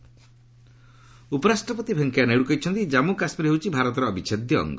ନାଇଡୁ କାଶ୍ମୀର ଉପରାଷ୍ଟ୍ରପତି ଭେଙ୍କୟା ନାଇଡୁ କହିଛନ୍ତି ଜାମ୍ମୁ କାଶ୍ମୀର ହେଉଛି ଭାରତର ଅଭିଚ୍ଛେଦ୍ୟ ଅଙ୍ଗ